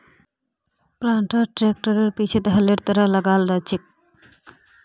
planter ट्रैक्टरेर पीछु हलेर तरह लगाल रह छेक